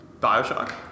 Bioshock